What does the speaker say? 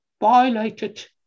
violated